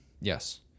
yes